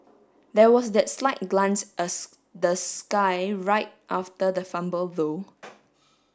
there was that slight glance the sky right after the fumble though